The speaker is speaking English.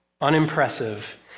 Unimpressive